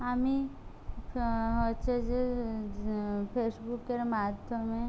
আমি হচ্ছে যে ফেসবুকের মাধ্যমে